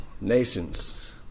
nations